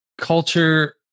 culture